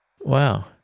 Wow